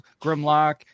Grimlock